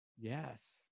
yes